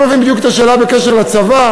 אני לא מבין בדיוק את השאלה בעניין הצבא.